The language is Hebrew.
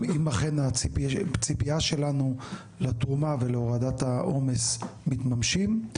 אכן הציפייה שלנו לתרומה להורדת העומס מתממשים.